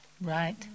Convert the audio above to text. right